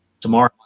tomorrow